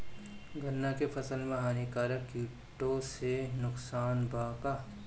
गन्ना के फसल मे हानिकारक किटो से नुकसान बा का?